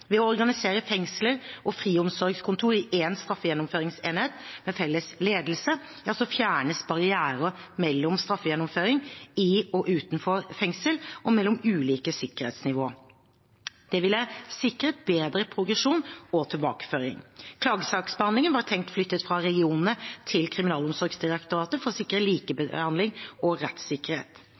Ved å organisere fengsler og friomsorgskontor i én straffegjennomføringsenhet med felles ledelse fjernes barrierer mellom straffegjennomføring i og utenfor fengsel og mellom ulike sikkerhetsnivåer. Det ville sikret bedre progresjon og tilbakeføring. Klagesaksbehandlingen var tenkt flyttet fra regionene til Kriminalomsorgsdirektoratet for å sikre likebehandling og rettssikkerhet.